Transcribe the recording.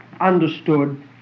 understood